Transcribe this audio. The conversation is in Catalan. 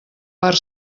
per